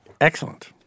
Excellent